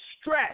stress